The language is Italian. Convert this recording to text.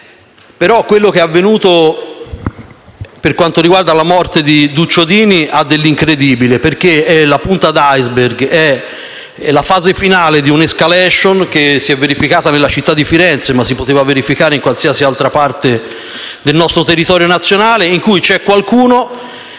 quello che è avvenuto per quanto riguarda la morte di Duccio Dini ha dell'incredibile, perché è la punta dell'*iceberg*, è la fase finale di un'*escalation* che si è verificata nella città di Firenze (ma si poteva verificare in qualsiasi altra parte del nostro territorio nazionale) e in cui c'è qualcuno